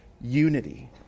unity